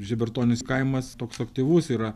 žebertonys kaimas toks aktyvus yra